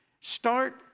Start